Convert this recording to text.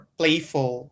playful